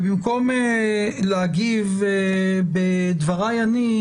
ובמקום להגיב בדבריי אני,